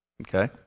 okay